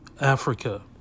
Africa